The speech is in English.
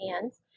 hands